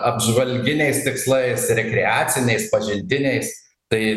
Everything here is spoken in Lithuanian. apžvalginiais tikslais rekreaciniais pažintiniais tai